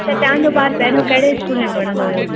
त तव्हां जो ॿार पहिरियों कहिड़े स्कूल में पढ़न्दो हुयो